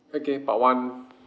okay part one